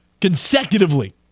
Consecutively